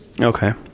Okay